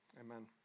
amen